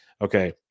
Okay